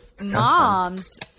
moms